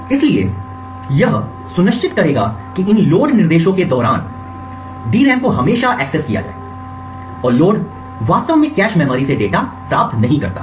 इसलिए यह सुनिश्चित करेगा कि इन लोड निर्देशों के दौरान DRAM को हमेशा एक्सेस किया जाए और लोड वास्तव में कैश मेमोरी से डेटा प्राप्त नहीं करता है